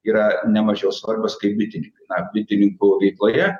yra nemažiau svarbios kaip bitininkai na bitininkų veikloje